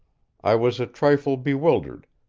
i was a trifle bewildered,